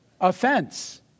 offense